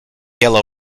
yellow